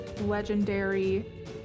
legendary